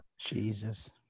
jesus